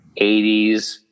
80s